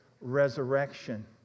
resurrection